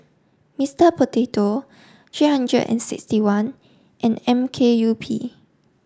Mister Potato three hundred and sixty one and M K U P